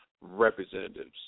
Representatives